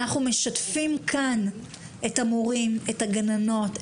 אנחנו משתפים כאן את המורים והגננות,